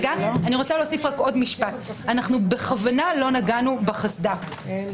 אנו בכוונה לא נגענו בחסד"פ,